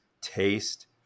taste